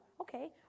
Okay